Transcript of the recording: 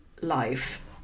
life